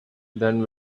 than